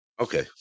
Okay